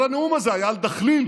כל הנאום הזה היה על דחליל.